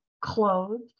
clothed